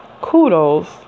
kudos